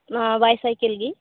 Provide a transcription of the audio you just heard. ᱱᱚᱣᱟ ᱵᱟᱭ ᱥᱟᱭᱠᱮᱞ ᱜᱮ